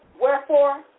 Wherefore